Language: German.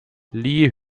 lee